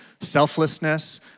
selflessness